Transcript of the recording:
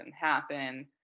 happen